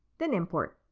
then import.